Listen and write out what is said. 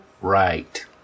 right